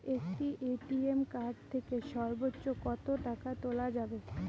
একটি ATM card থেকে সর্বোচ্চ কত টাকা তোলা যাবে?